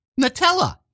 Nutella